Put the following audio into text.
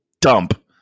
dump